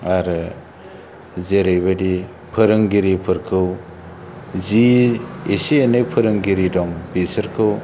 आरो जेरैबादि फोरोंगिरिफोरखौ जि एसे एनै फोरोंगिरि दं बेसोरखौ